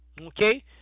okay